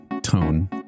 tone